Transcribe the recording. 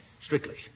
Strictly